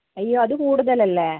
അയ്യോ അത് കൂടുതലല്ലേ